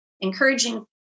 encouraging